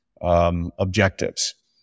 objectives